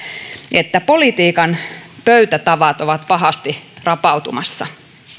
että politiikan pöytätavat ovat pahasti rapautumassa